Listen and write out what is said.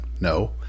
no